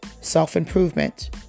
Self-improvement